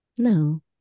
No